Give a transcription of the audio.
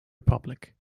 republic